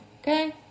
okay